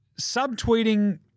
Subtweeting